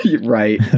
Right